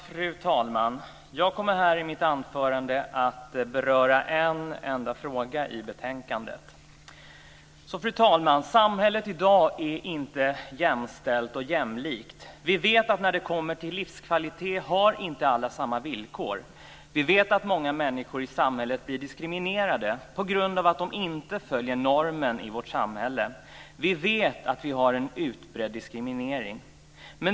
Fru talman! Jag kommer i mitt anförande att beröra en enda fråga i betänkandet. Fru talman! Samhället i dag är inte jämställt och jämlikt. Vi vet att när det kommer till livskvalitet har alla inte samma villkor. Vi vet att många människor i samhället blir diskriminerade på grund av att det inte följer normen i vårt samhälle. Vi vet att vi har en utbredd diskriminering.